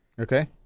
Okay